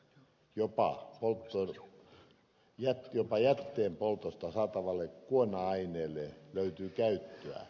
jopa jätteenpoltosta saatavalle kuona aineelle löytyy käyttöä